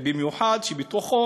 במיוחד שיש בתוכו